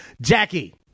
Jackie